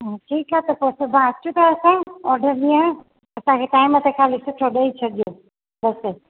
हा ठीकु आहे त पोइ सुभां अचूं था असां ऑडर ॾियणु असांखे टाइम ते खाली सुठो ॾेई छॾिजो बसि